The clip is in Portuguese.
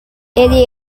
ele